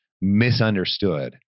misunderstood